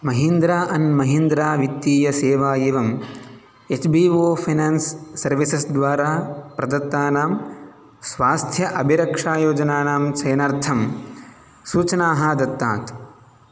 Mahindra and Mahindra वित्तीयसेवा एवम् H B O finance services द्वारा प्रदत्तानां स्वास्थ्य अभिरक्षायोजनानां चयनार्थं सूचनाः दत्तात्